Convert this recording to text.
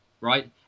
right